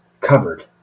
covered